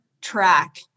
track